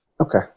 okay